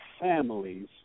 families